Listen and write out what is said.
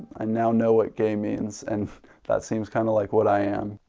and now know what gay means and that seems kinda like what i am.